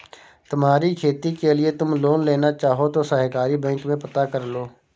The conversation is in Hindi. तुम्हारी खेती के लिए तुम लोन लेना चाहो तो सहकारी बैंक में पता करलो